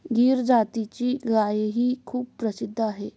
गीर जातीची गायही खूप प्रसिद्ध आहे